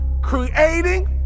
creating